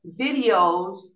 videos